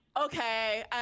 Okay